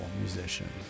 musician